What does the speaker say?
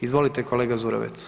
Izvolite kolega Zurovec.